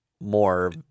more